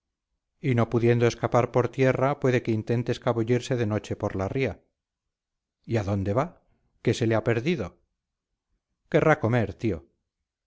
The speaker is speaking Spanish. y no pudiendo escapar por tierra puede que intente escabullirse de noche por la ría y a dónde va qué se le ha perdido querrá comer